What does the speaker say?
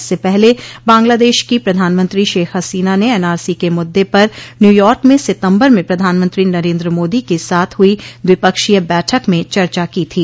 इससे पहले बांग्लादेश की प्रधानमंत्री शेख हसीना ने एन आरसी के मुद्दे पर न्यूयॉर्क में सितंबर में प्रधानमंत्री नरेन्द्र मोदी के साथ हुई द्विपक्षीय बैठक में चर्चा की थी